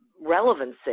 relevancy